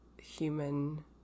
human